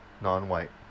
non-white